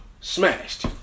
smashed